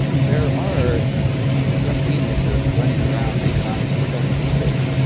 there are young geniuses running around the economics profession these days